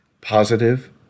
positive